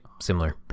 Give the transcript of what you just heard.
similar